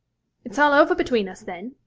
it's all over between us then?